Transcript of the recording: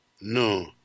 No